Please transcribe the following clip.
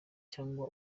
cyangwa